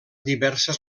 diverses